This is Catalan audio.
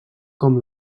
com